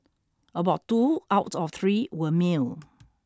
about two out of three were male